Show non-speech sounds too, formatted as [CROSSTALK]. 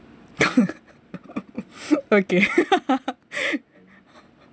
[LAUGHS] okay [LAUGHS]